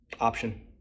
option